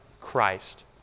Christ